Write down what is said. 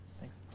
Thanks